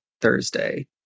Thursday